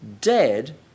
dead